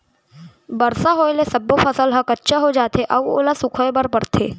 बरसा होए ले सब्बो फसल ह कच्चा हो जाथे अउ ओला सुखोए बर परथे